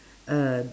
uh